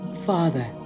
Father